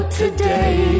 today